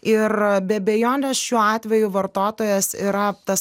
ir be abejonės šiuo atveju vartotojas yra tas